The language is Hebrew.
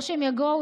לא שהם יבואו,